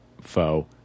foe